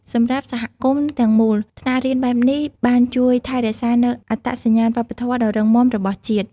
សម្រាប់ សហគមន៍ ទាំងមូល ថ្នាក់រៀនបែបនេះបានជួយ ថែរក្សានូវអត្តសញ្ញាណវប្បធម៌ ដ៏រឹងមាំរបស់ជាតិ។